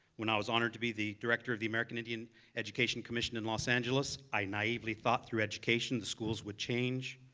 when i was honored to be the director of the american indian education commission in los angeles i naively thought through education the schools would change,